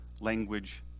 language